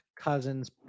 Cousins